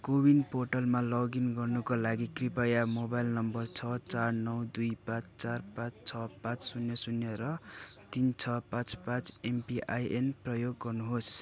कोविन पोर्टलमा लगइन गर्नाका लागि कृपया मोबाइल नम्बर छ चार नौ दुई पाँच चार पाँच छ पाँच शून्य शून्य र तिन छ पाँच पाँच एमपिआइएन प्रयोग गर्नु होस्